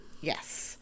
Yes